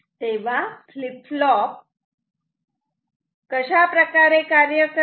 तेव्हा flip flop कशा प्रकारे कार्य करते